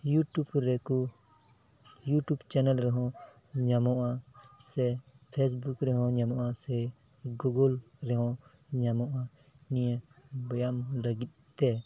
YouTube ᱨᱮᱠᱚ YouTube channel ᱨᱮᱦᱚᱸ ᱧᱟᱢᱚᱜᱼᱟ ᱥᱮ ᱯᱷᱮᱥᱵᱩᱠ ᱨᱮᱦᱚᱸ ᱧᱟᱢᱚᱜᱼᱟ ᱥᱮ ᱜᱩᱜᱳᱞ ᱨᱮᱦᱚᱸ ᱧᱟᱢᱚᱜᱼᱟ ᱱᱤᱭᱟᱹ ᱵᱮᱭᱟᱢ ᱞᱟᱹᱜᱤᱫᱼᱛᱮ